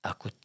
Aku